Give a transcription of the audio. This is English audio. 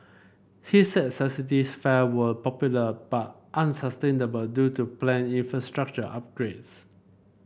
he said subsidised fare were popular but unsustainable due to planned infrastructural upgrades